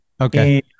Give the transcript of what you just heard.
okay